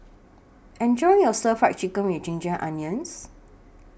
Enjoy your Stir Fry Chicken with Ginger Onions